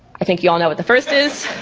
i think you all know what the first is.